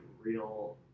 real